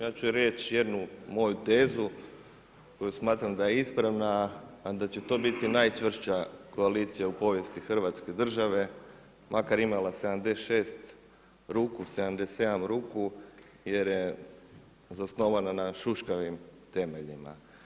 Ja ću reć jednu moju tezu koju smatram da je ispravna, a da će to biti najčvršća koalicija u povijesti Hrvatske države, makar imala 76 ruku, 77 ruku, jer je zasnovana na šuškavim temeljima.